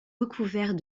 recouverts